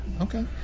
Okay